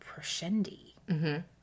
Proshendi